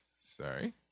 sorry